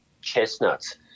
chestnuts